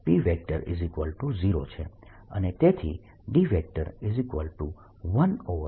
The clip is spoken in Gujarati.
અને તેથી D14π03 p